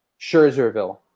Scherzerville